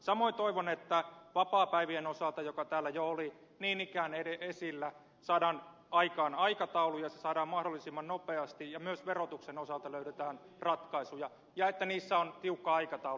samoin toivon että vapaapäivien osalta jotka täällä jo olivat niin ikään esillä saadaan aikaan aikataulu ja ne saadaan mahdollisimman nopeasti ja myös verotuksen osalta löydetään ratkaisu ja että niissä on tiukka aikataulu